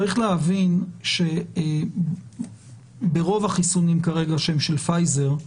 צריך להבין שברוב החיסונים כרגע שהם של פייזר,